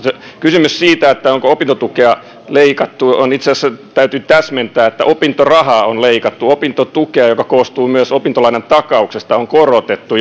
kysymykseen siitä onko opintotukea leikattu täytyy itse asiassa täsmentää että opintorahaa on leikattu opintotukea joka koostuu myös opintolainan takauksesta on korotettu